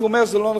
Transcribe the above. שאומר שזה לא נכון.